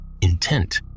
intent